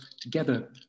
together